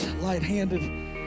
light-handed